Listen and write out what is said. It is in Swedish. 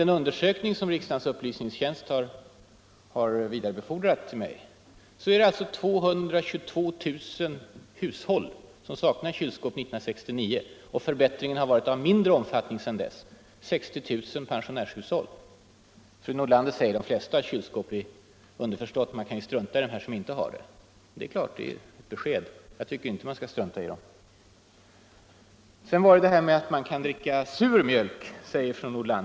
Men en undersökning, som riksdagens upplysningstjänst har vidarebefordrat till mig, visar alltså att 222 000 hushåll saknade kylskåp 1969 —- av dem 60 000 pensionärshushåll — och förbättringen har varit ”av mindre omfattning” sedan dess. Fru Nordlander säger ändå att de flesta har kylskåp, underförstått att man kan strunta i dem som inte har något. Det är ett klart besked. Men jag tycker inte att man skall strunta i dem. Fru Nordlander säger också att man kan dricka sur mjölk.